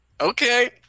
okay